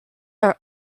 are